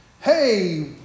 hey